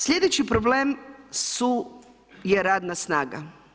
Slijedeći problem je radna snaga.